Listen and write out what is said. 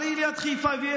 אבל היא ליד חיפה,